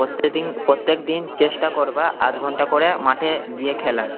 প্রত্যেক দিন প্রত্যেক দিন চেষ্টা করবা আধ ঘন্টা করে মাঠে গিয়ে খেলার